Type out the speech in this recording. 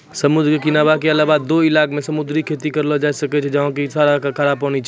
समुद्र के किनारा के अलावा हौ इलाक मॅ भी समुद्री खेती करलो जाय ल सकै छै जहाँ खारा पानी छै